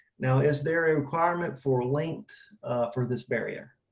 now, is there a requirement for a length for this barrier?